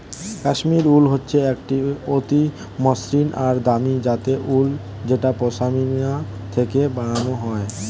কাশ্মীরি উল হচ্ছে এক অতি মসৃন আর দামি জাতের উল যেটা পশমিনা থেকে বানানো হয়